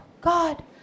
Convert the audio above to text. God